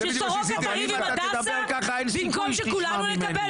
ש"סורוקה" תריב עם "הדסה" במקום שכולנו נקבל?